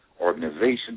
organization